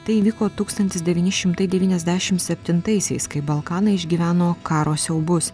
tai įvyko tūkstantis devyni šimtai devyniasdešimt septintaisiais kai balkanai išgyveno karo siaubus